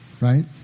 right